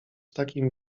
takim